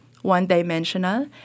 one-dimensional